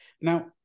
now